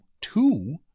two